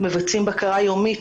אנחנו מבצעים בקרה יומית,